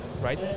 right